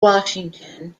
washington